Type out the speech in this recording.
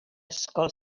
ysgol